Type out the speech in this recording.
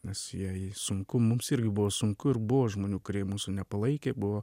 nes jei sunku mums irgi buvo sunku ir buvo žmonių kurie mūsų nepalaikė buvo